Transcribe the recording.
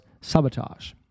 sabotage